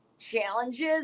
challenges